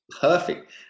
Perfect